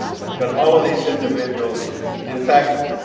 but all of these individuals in fact,